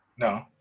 No